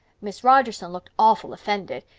miss rogerson looked awful offended.